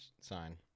sign